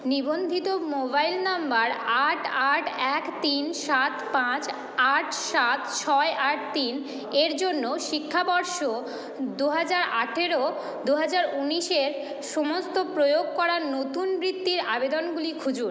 নিবন্ধিত মোবাইল নম্বর আট আট এক তিন সাত পাঁচ আট সাত ছয় আট তিনের জন্য শিক্ষাবর্ষ দু হাজার আঠেরো দু হাজার উনিশের সমস্ত প্রয়োগ করা নতুন বৃত্তির আবেদনগুলি খুঁজুন